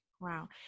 Wow